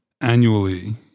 annually